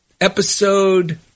episode